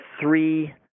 three-